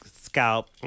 scalp